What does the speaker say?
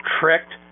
tricked